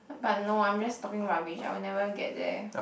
but no I'm just talking rubbish I will never get there